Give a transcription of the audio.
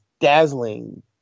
dazzling